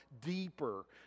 deeper